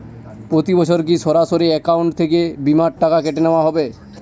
প্রতি বছর কি সরাসরি অ্যাকাউন্ট থেকে বীমার টাকা কেটে নেওয়া হবে?